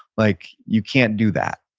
like you can't do that,